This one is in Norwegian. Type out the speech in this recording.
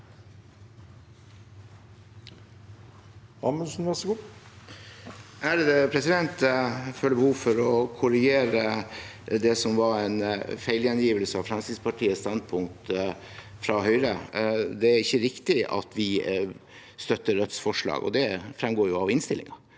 Amundsen (FrP) Jeg føler be- hov for å korrigere det som var en feil gjengivelse av Fremskrittspartiets standpunkt fra Høyre. Det er ikke riktig at vi støtter Rødts forslag, og det fremgår jo av innstillingen.